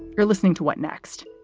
you're listening to what next?